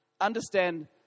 Understand